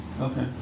Okay